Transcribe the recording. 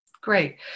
Great